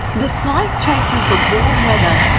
the snipe chases the warm weather,